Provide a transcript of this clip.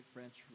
French